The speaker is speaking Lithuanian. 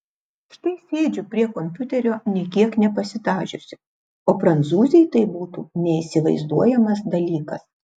štai sėdžiu prie kompiuterio nė kiek nepasidažiusi o prancūzei tai būtų neįsivaizduojamas dalykas